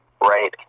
right